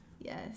yes